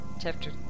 chapter